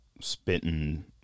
spitting